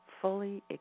fully